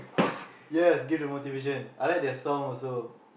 yes give the motivation I like their song also